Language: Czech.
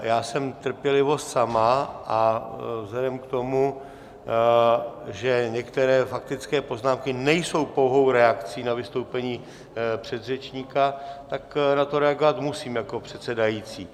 Já jsem trpělivost sama, a vzhledem k tomu, že některé faktické poznámky nejsou pouhou reakcí na vystoupení předřečníka, tak na to reagovat musím jako předsedající.